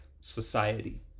society